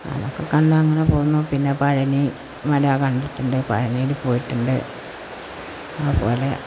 അതൊക്കെ കണ്ടങ്ങനെ പോന്നു പിന്നെ പഴനി മല കണ്ടിട്ടുണ്ട് പഴനിയില് പോയിട്ടുണ്ട് അതുപോലെ